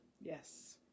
Yes